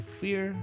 fear